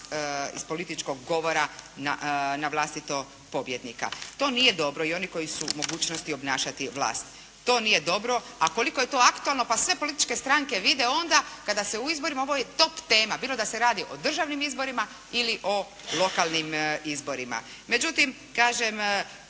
iz političkog govora na vlastitog pobjednika. To nije dobro i oni koji su u mogućnosti obnašati vlast. To nije dobro. A koliko je to aktualno, pa sve političke stranke vide onda kada se u izborima objavi top tema, bilo da se radi o državnim izborima ili o lokalnim izborima. Međutim, kažem,